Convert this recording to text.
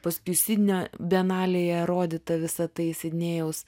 paskui sidnio bienalėje rodyta visa tai sidnėjaus